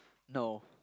no